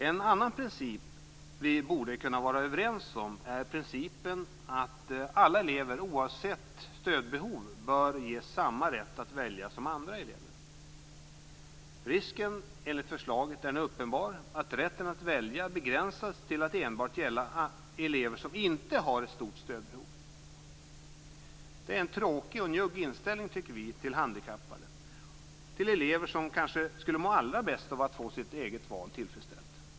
En annan princip som vi borde kunna vara överens om är principen att alla elever oavsett stödbehov bör ges samma rätt att välja som andra elever. Risken är nu uppenbar att rätten att välja begränsas till att enbart gäller elever som inte har ett stort stödbehov. Det är en tråkig och njugg inställning till handikappade, till elever som kanske skulle må allra bäst av att få sitt val tillfredsställt.